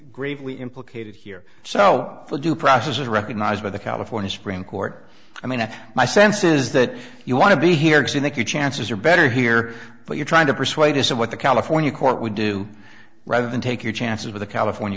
greatly implicated here so for due process is recognized by the california supreme court i mean my sense is that you want to be here do you think your chances are better here but you're trying to persuade us of what the california court would do rather than take your chances with a california